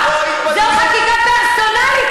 5 מיליון שקלים,